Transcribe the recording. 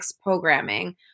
programming